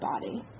body